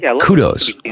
kudos